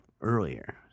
earlier